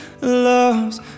Loves